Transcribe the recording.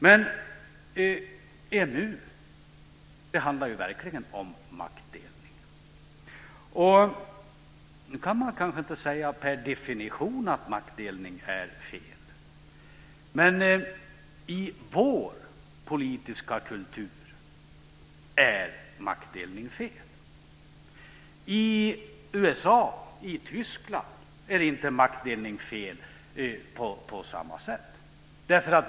Men EMU handlar ju verkligen om maktdelning. Man kan kanske inte säga per definition att maktdelning är fel, men i vår politiska kultur är maktdelning fel. I USA och Tyskland är maktdelning inte fel på samma sätt.